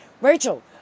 Rachel